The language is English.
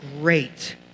great